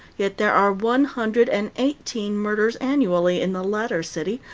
yet there are one hundred and eighteen murders annually in the latter city,